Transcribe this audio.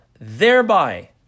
thereby